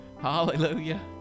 Hallelujah